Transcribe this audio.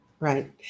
Right